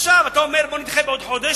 עכשיו אתה אומר: בוא נדחה בעוד חודש,